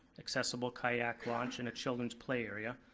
accessible kayak launch and a children's play area,